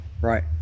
right